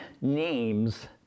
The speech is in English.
names